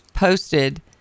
Posted